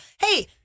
hey